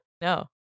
No